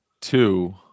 two